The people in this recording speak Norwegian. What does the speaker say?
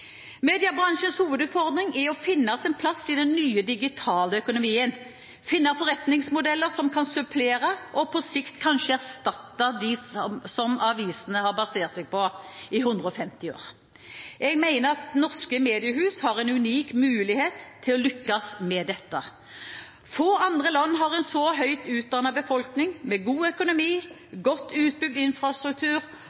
Mediebransjens hovedutfordring er å finne sin plass i den nye digitale økonomien, finne forretningsmodeller som kan supplere og på sikt kanskje erstatte dem som avisene har basert seg på i 150 år. Jeg mener at norske mediehus har en unik mulighet til å lykkes med dette. Få andre land har en så høyt utdannet befolkning, med god økonomi,